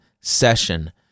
session